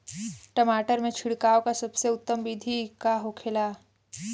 टमाटर में छिड़काव का सबसे उत्तम बिदी का होखेला?